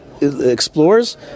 explores